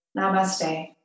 Namaste